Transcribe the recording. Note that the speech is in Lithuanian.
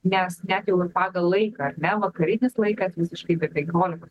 nes net jau ir pagal laiką ar ne vakarinis laikas visiškai be penkiolikos